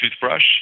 toothbrush